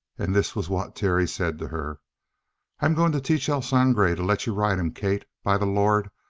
and this was what terry said to her i'm going to teach el sangre to let you ride him, kate. by the lord,